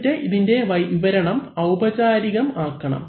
എന്നിട്ട് ഇതിൻറെ വിവരണം ഔപചാരികം ആക്കണം